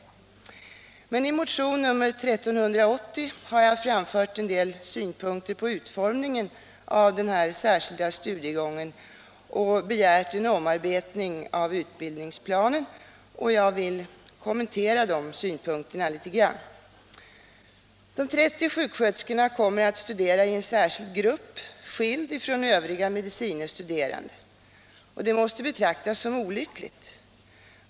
Men i motionen 1380 har jag framfört en del synpunkter på utformningen av den särskilda studiegången och begärt en omarbetning av utbildningsplanerna. Jag vill något kommentera dessa synpunkter. De 30 sjuksköterskorna kommer att studera i en särskild grupp, skild från övriga medicine studerande. Det måste betraktas som olyckligt.